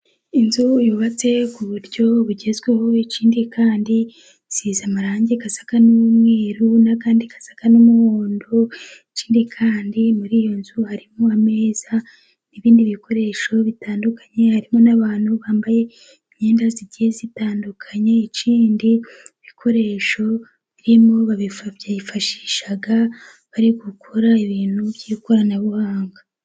Inzu yubatse ku buryo bugezweho ikindi kandi isize amarangi asa n'umweru n'andi asa n'umuhondo, ikindi kandi muri iyo nzu harimo ameza n'ibindi bikoresho bitandukanye harimo n'abantu bambaye imyenda igiye itandukanye . Ikindi ibikoresho birimo babifa babyifashisha bari gukora ibintu by'ikoranabuhanga.